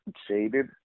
shaded